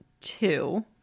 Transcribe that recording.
two